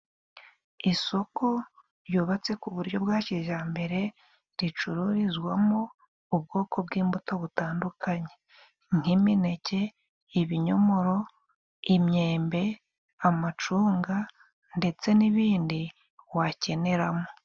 Isoko ryubatse ku buryo bwa kijyambere ricururizwamo ubwoko bw'imbuto butandukanye nk'imineke, ibinyomoro ,imyembe, amacunga ndetse n'ibindi wakeneramo.